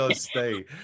stay